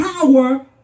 power